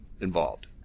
involved